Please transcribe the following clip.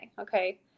Okay